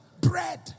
bread